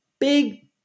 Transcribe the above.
Big